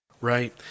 Right